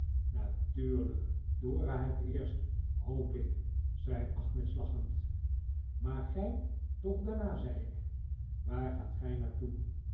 natuurlijk dora het eerst hoop ik zei agnes lachend maar gij toch daarna zei ik waar gaat gij naar